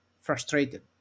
frustrated